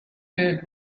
were